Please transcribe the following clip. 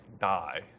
Die